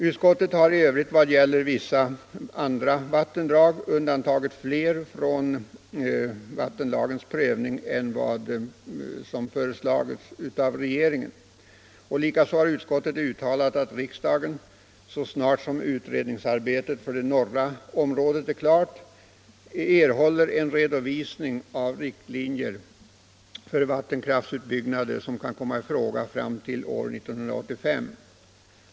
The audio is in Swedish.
Utskottet har undantagit flera andra vattendrag från vattenlagens prövning än som har föreslagits av regeringen. Detta överensstämmer med syftet i våra motioner. Likaså har utskottet uttalat att riksdagen, så snart som utredningsarbetet för det norra området är klart, bör få en redovisning av riktlinjer för vattenkraftsutbyggnader som kan komma i fråga fram till år 1985.